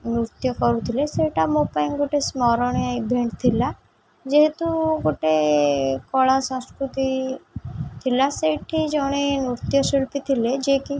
ନୃତ୍ୟ କରୁଥିଲେ ସେଇଟା ମୋ ପାଇଁ ଗୋଟେ ସ୍ମରଣୀୟ ଇଭେଣ୍ଟ୍ ଥିଲା ଯେହେତୁ ଗୋଟେ କଳା ସଂସ୍କୃତି ଥିଲା ସେଇଠି ଜଣେ ନୃତ୍ୟଶିଳ୍ପୀ ଥିଲେ ଯିଏକି